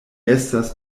estas